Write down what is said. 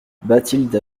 bathilde